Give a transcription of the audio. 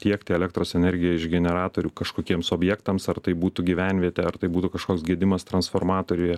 tiekti elektros energiją iš generatorių kažkokiems objektams ar tai būtų gyvenvietė ar tai būtų kažkoks gedimas transformatoriuje